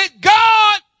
God